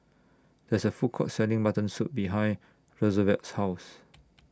There IS A Food Court Selling Mutton Soup behind Roosevelt's House